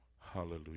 Hallelujah